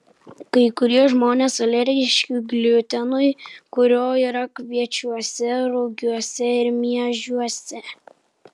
kai kurie žmonės alergiški gliutenui kurio yra kviečiuose rugiuose ir miežiuose